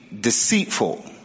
deceitful